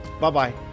Bye-bye